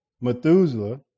Methuselah